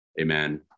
amen